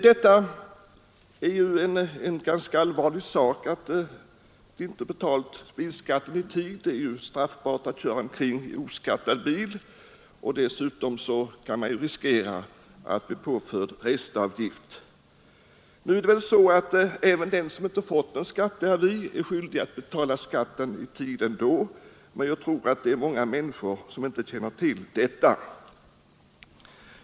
Att dessa människor inte betalt in skatten i tid är ju en ganska allvarlig sak; det är straffbart att köra omkring i en oskattad bil, och dessutom kan man riskera att bli påförd restavgift. Även den som inte fått någon skatteavi är ändå skyldig att betala skatten i tid, men jag tror att många människor inte känner till detta.